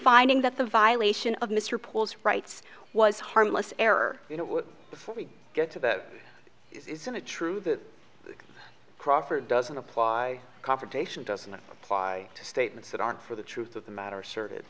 finding that the violation of mr poole's rights was harmless error you know before we get to that isn't it true that crawford doesn't apply confrontation doesn't apply to statements that aren't for the truth of the matter asserted